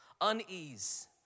unease